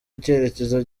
icyerekezo